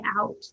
out